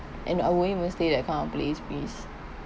and I won't even stay that kind of place please